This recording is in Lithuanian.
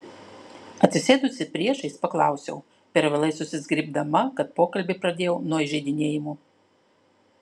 atsisėdusi priešais paklausiau per vėlai susizgribdama kad pokalbį pradėjau nuo įžeidinėjimų